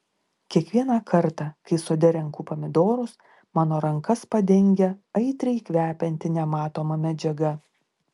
kiekvieną kartą kai sode renku pomidorus mano rankas padengia aitriai kvepianti nematoma medžiaga